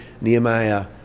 Nehemiah